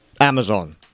Amazon